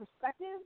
perspective